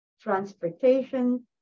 transportation